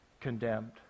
condemned